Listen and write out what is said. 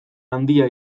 handia